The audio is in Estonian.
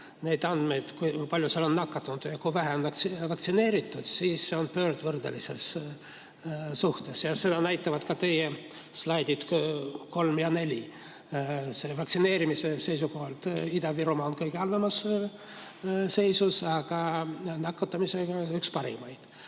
andmeid, kui palju seal on nakatunuid ja kui vähe on vaktsineerituid, siis see on pöördvõrdelises suhtes. Seda näitavad ka teie slaidid 3 ja 4. Vaktsineerimise seisukohalt on Ida-Virumaa kõige halvemas seisus, aga nakatumise mõttes üks parimaid.